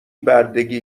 بردگی